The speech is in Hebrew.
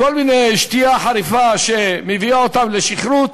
כל מיני סוגים של שתייה חריפה שמביאה אותם לשכרות.